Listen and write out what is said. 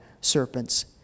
serpents